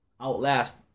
outlast